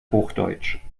hochdeutsch